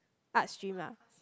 arts stream ah